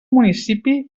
municipi